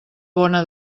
bona